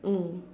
mm